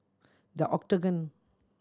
The Octagon